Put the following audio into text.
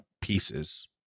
pieces